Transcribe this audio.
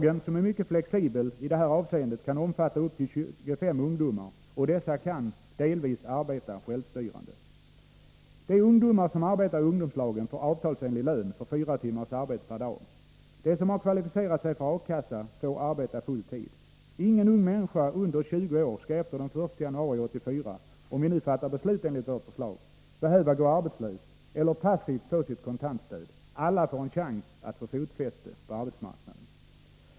Enligt lagen, som i det här avseendet är mycket flexibel, kan upp till 25 ungdomar omfattas, och dessa kan arbeta delvis självstyrande. De ungdomar som arbetar i ungdomslagen får avtalsenlig lön för fyra timmars arbete per dag. De som har kvalificerat sig för A-kassa får arbeta full tid. Ingen ung människa under 20 år skall efter den 1 januari 1984, om riksdagen nu fattar beslut i enlighet med vårt förslag, behöva gå arbetslös eller behöva passiv få sitt kontantstöd. Alla får en chans att få fotfäste på arbetsmarknaden.